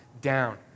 down